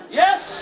yes